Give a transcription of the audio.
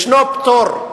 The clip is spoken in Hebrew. יש פטור,